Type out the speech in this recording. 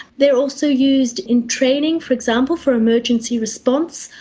they are also used in training, for example for emergency response,